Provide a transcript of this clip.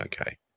okay